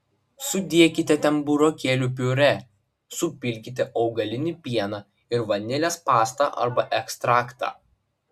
sudėkite ten burokėlių piurė supilkite augalinį pieną ir vanilės pastą arba ekstraktą